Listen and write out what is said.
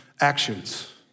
actions